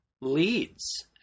leads